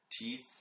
Teeth